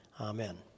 Amen